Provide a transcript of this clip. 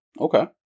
okay